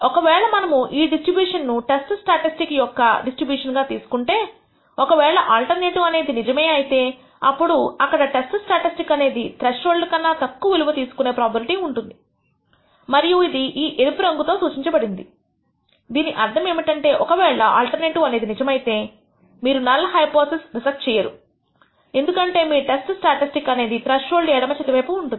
ఒక వేళ మనము ఈ డిస్ట్రిబ్యూషన్ ను టెస్ట్ స్టాటిస్టిక్ యొక్క ఒక డిస్ట్రిబ్యూషన్ గా తీసుకుంటే ఒక వేళ ఆల్టర్నేటివ్ అనేది నిజమే అయితే అప్పుడు అక్కడ టెస్ట్ స్టాటిస్టిక్ అనేది త్రెష్హోల్డ్ కన్నా తక్కువ విలువ తీసుకునే ప్రోబబిలిటీ ఉంది మరియు ఇది ఈ ఎరుపు రంగు తో రంగు తో సూచించబడింది దీని అర్థం ఏమిటి అంటే ఒకవేళ ఆల్టర్నేటివ్ అనేది నిజం అయితే మీరు నల్ హైపోథిసిస్ రిజెక్ట్ చేయరు ఎందుకంటే మీ టెస్ట్ స్టాటిస్టిక్ అనేది త్రెష్హోల్డ్ ఎడమ చేతి వైపు కి ఉంటుంది